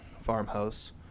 Farmhouse